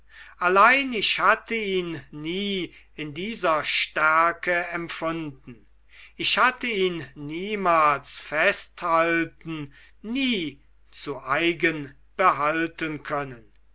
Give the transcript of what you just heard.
allein ich hatte ihn nie in dieser stärke empfunden ich hatte ihn niemals festhalten nie zu eigen behalten können